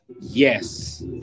Yes